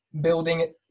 building